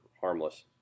harmless